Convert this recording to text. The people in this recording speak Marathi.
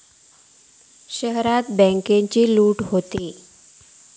शहरांतल्यानी बॅन्केची लूट होता